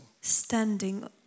Standing